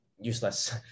useless